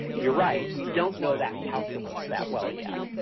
you're right we don't know that calculus that well yet.